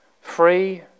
free